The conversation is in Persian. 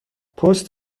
پست